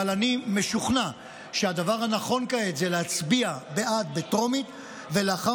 אבל אני משוכנע שהדבר הנכון כעת זה להצביע בעד בטרומית ולאחר